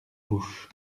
bouche